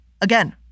Again